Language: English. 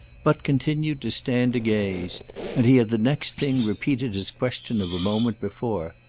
but continued to stand agaze and he had the next thing repeated his question of a moment before.